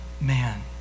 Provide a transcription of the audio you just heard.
man